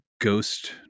ghost